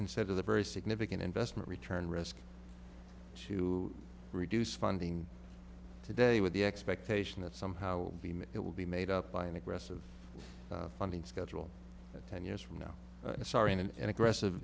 consider the very significant investment return risk to reduce funding today with the expectation that somehow it will be made up by an aggressive funding schedule ten years from now sorry and aggressive